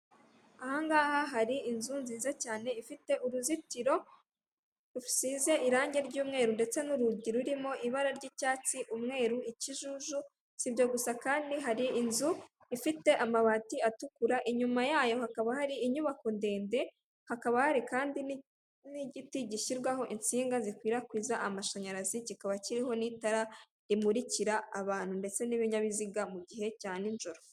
Aha ngaha hari inzu nziza cyane ifite uruzitiro rusize irangi ry'umweru ndetse n'urugi rurimo ibara ry'icyatsi umweru ikijuju. Si ibyo gusa kandi hari inzu ifite amabati atukura inyuma yayo hakaba hari inyubako ndende, hakaba hari kandi n'igiti gishyirwaho insinga zikwirakwiza amashanyarazi kikaba kiriho n'itara rimurikira abantu, ndetse n'ibinyabiziga mu gihe cya nijoro.